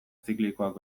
ziklikoak